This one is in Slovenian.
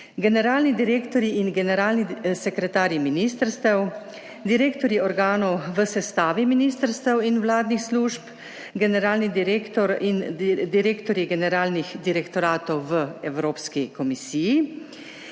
generalni direktorji in generalni sekretarji ministrstev, direktorji organov v sestavi ministrstev in vladnih služb, generalni direktor in direktorji generalnih direktoratov v Evropski komisiji